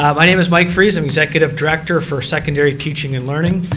um my name is mike freese, i'm executive director for secondary teaching and learning.